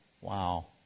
Wow